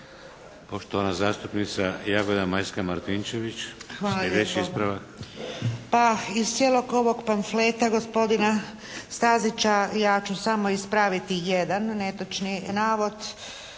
**Martinčević, Jagoda Majska (HDZ)** Hvala lijepo. Pa iz cijelog ovog pamfleta gospodina Stazića ja ću samo ispraviti jedan netočni navod